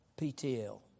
PTL